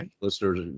listeners